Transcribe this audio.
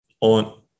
on